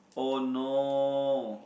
oh no